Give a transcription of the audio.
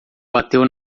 bateu